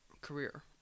Career